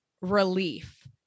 relief